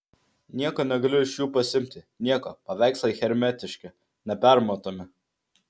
nieko negaliu iš jų pasiimti nieko paveikslai hermetiški nepermatomi